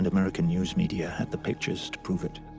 and american news media had the pictures to prove it.